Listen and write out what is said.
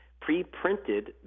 pre-printed